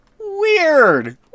Weird